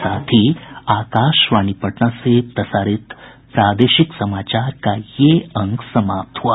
इसके साथ ही आकाशवाणी पटना से प्रसारित प्रादेशिक समाचार का ये अंक समाप्त हुआ